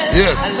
yes